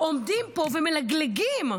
עומדים פה ומלגלגים.